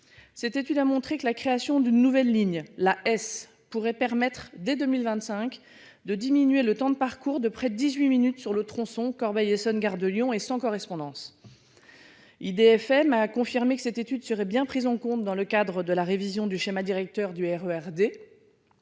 Cette étude a montré que la création d'une nouvelle ligne, l'AS pourrait permettre dès 2025 de diminuer le temps de parcours de près de 18 minutes sur le tronçon Corbeil-Essonnes Gare de Lyon et sans correspondance. IDFM a confirmé que cette étude serait bien pris en compte dans le cadre de la révision du schéma directeur du RER D.